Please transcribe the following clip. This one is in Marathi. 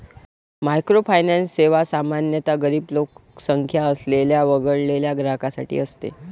मायक्रोफायनान्स सेवा सामान्यतः गरीब लोकसंख्या असलेल्या वगळलेल्या ग्राहकांसाठी असते